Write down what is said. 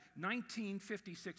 1956